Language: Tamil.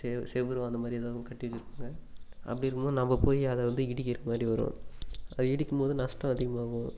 செ சுவுரோ அந்த மாதிரி ஏதாவது ஒன்று கட்டி வச்சுருப்பாங்க அப்படி இருக்கும்போது நம்ம போய் அதை வந்து இடிக்கிறது மாதிரி வரும் அது இடிக்கும்போது நஷ்டம் அதிகமாகும்